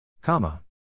Comma